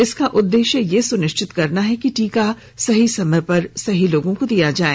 इसका उद्देश्य यह सुनिश्चित करना है कि टीका सही समय पर सही लोगों को दिया जाए